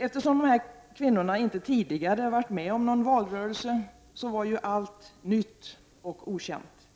Eftersom dessa kvinnor inte tidigare varit med om en valrörelse var allt nytt och okänt.